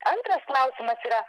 antras klausimas yra